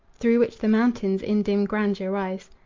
through which the mountains in dim grandeur rise.